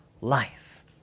life